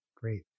Great